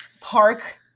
park